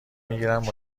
میگیرند